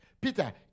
Peter